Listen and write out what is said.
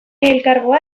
elkargoa